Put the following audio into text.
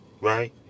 right